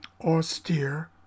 austere